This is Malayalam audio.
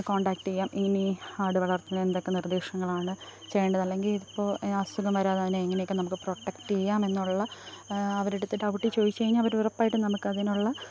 കോണ്ടാക്റ്റെ ചെയ്യാം ഇനി ആട് വളര്ത്തലിന് എന്തൊക്കെ നിര്ദ്ദേശങ്ങളാണ് ചെയ്യേണ്ടത് അല്ലെങ്കിൽ ഇപ്പോൾ അസുഖം വരാതെ അതിനെ എങ്ങനെയൊക്കെ നമുക്ക് പ്രൊട്ടക്റ്റെ ചെയ്യാം എന്നുള്ള അവരെടുത്ത് ഡൌട്ട് ചോയിച്ചഴിഞ്ഞ അവരുറപ്പായിട്ടും നമുക്കതിനുള്ള